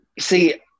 See